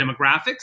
demographics